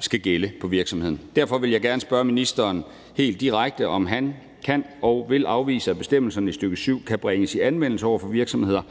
skal gælde på virksomheden. Derfor vil jeg gerne spørge ministeren helt direkte, om han kan og vil afvise, at bestemmelserne i stk. 7 kan bringes i anvendelse over for virksomheder,